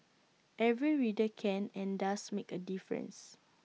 every reader can and does make A difference